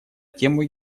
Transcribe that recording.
тему